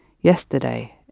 Yesterday